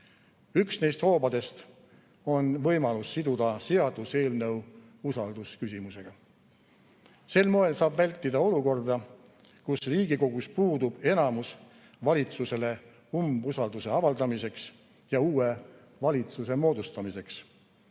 neist hoobadest on võimalus siduda seaduseelnõu usaldusküsimusega. Sel moel saab vältida olukorda, kus Riigikogus puudub enamus valitsusele umbusalduse avaldamiseks ja uue valitsuse moodustamiseks,